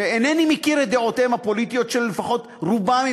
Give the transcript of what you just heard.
שאינני מכיר את דעותיהם הפוליטיות של לפחות רובם,